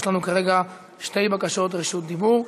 יש לנו שתי בקשות רשות דיבור: